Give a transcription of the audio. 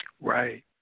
Right